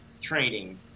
training